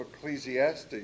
Ecclesiastes